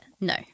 no